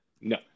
No